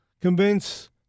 convince